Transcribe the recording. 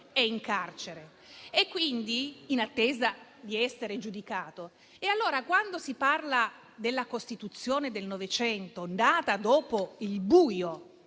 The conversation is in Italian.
è in carcere, in attesa di essere giudicato. Quando si parla della Costituzione del Novecento, nata dopo il buio